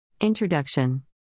Introduction